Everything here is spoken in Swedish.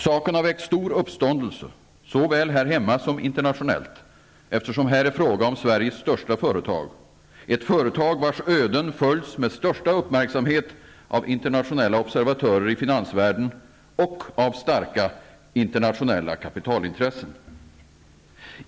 Saken har väckt stor uppståndelse, såväl här hemma som internationellt, eftersom det här är fråga om Sveriges största företag, ett företag vars öden följs med största uppmärksamhet av internationella observatörer i finansvärlden och av starka internationella kapitalintressen.